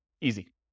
Easy